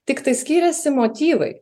tiktai skiriasi motyvai